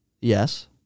Yes